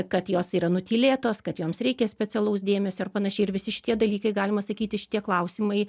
kad jos yra nutylėtos kad joms reikia specialaus dėmesio ir panašiai ir visi šitie dalykai galima sakyti šitie klausimai